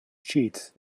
cheats